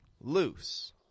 loose